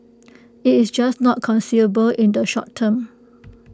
IT is just not conceivable in the short term